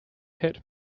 hit